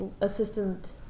Assistant